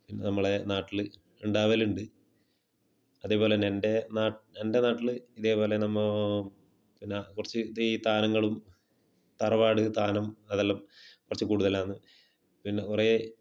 നമ്മളെ നാട്ടിൽ ഉണ്ടാവാലുണ്ട് അതേപോലെ തന്നെ എൻ്റെ ന എൻ്റെ നാട്ടിൽ ഇതേപോലെ നമ്മൾ എന്ന കുറച്ച് ഈ താനങ്ങളും തറവാട് താനം അതെല്ലാം കുറച്ച് കൂടുതലാന്ന് പിന്നെ കുറെ